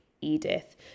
Edith